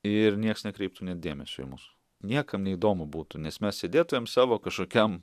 ir nieks nekreiptų net dėmesio į mus niekam neįdomu būtų nes mes sėdėtumėm savo kažkokiam